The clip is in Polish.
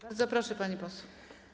Bardzo proszę, pani poseł.